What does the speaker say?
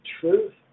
truth